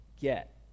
get